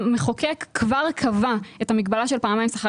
המחוקק כבר קבע את המגבלה של פעמיים שכר